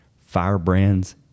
firebrands